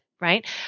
right